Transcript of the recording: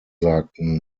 sagten